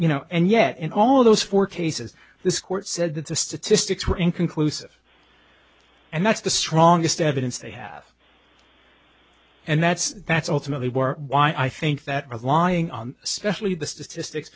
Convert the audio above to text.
you know and yet in all of those four cases this court said that the statistics were inconclusive and that's the strongest evidence they have and that's that's ultimately why i think that relying on especially the statistics